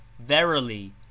Verily